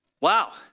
wow